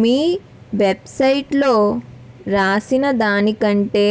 మీ వెబ్సైట్లో వ్రాసిన దానికంటే